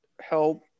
help